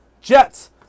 Jets